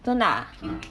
真的啊